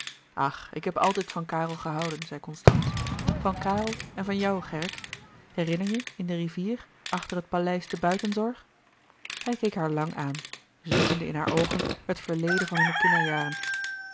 ach ik heb altijd van karel gehouden zei constance van karel en van jou gerrit herinner je in de rivier achter het paleis te buitenzorg hij keek haar lang aan zoekende in hare oogen het verleden van hunne kinderjaren